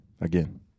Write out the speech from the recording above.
again